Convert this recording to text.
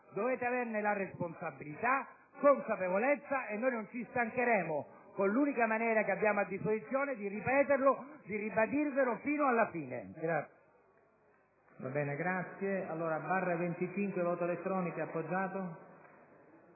dovete averne la responsabilità e la consapevolezza, e noi non ci stancheremo, con l'unica maniera che abbiamo a disposizione, di ripeterlo e di ribadirlo fino alla fine.